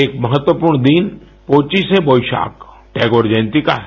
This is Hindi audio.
एक महत्वपूर्ण दिन पोचिशे बोइशाक टैगोर जयंती का है